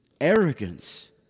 arrogance